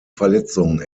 verletzung